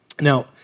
Now